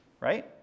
right